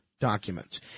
documents